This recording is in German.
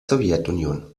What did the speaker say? sowjetunion